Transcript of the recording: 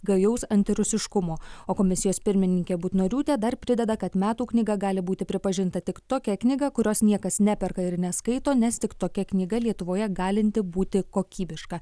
gajaus antirusiškumo o komisijos pirmininkė butnoriūtė dar prideda kad metų knyga gali būti pripažinta tik tokia knyga kurios niekas neperka ir neskaito nes tik tokia knyga lietuvoje galinti būti kokybiška